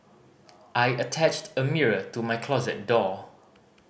I attached a mirror to my closet door